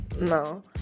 no